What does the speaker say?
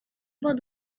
about